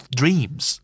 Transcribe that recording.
dreams